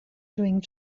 doing